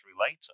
later